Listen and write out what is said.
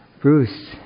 Bruce